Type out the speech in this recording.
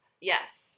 Yes